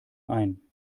ein